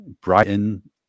Brighton